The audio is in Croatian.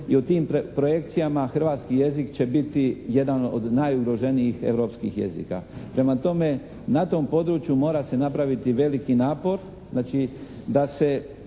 i u tim projekcijama hrvatski jezik će biti jedan od najugroženijih europskih jezika. Prema tome, na tom području mora se napraviti veliki napor, znači da se